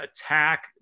attack